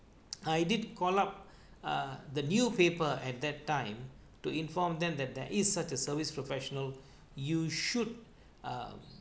I did call up uh the newspaper at that time to inform them that there is such a service professional you should um